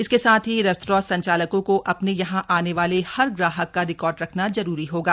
इसके साथ ही रेस्तरां संचालकों को अपने यहां आने वाले हर ग्राहक का रिकॉर्ड रखना जरूरी होगा